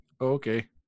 Okay